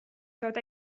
thought